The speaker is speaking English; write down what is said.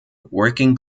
working